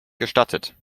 gestattet